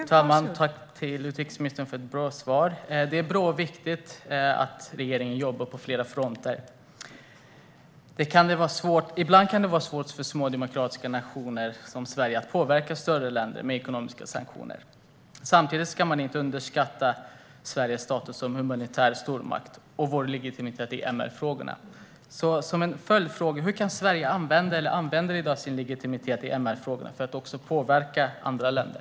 Fru talman! Tack, utrikesministern, för ett bra svar! Det är bra och viktigt att regeringen jobbar på flera fronter. Ibland kan det vara svårt för små och demokratiska nationer som Sverige att påverka större länder med ekonomiska sanktioner. Samtidigt ska man inte underskatta Sveriges status som humanitär stormakt och vår legitimitet i MR-frågorna. Hur använder Sverige i dag sin legitimitet i MR-frågorna för att också påverka andra länder?